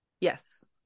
yes